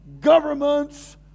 governments